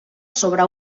sobre